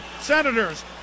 Senators